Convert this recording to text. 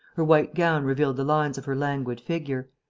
her white gown revealed the lines of her languid figure.